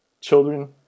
children